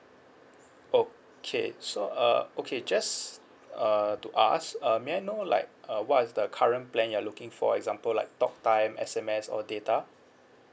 okay so uh okay just uh to ask uh may I know like uh what is the current plan you're looking for example like talk time S_M_S or data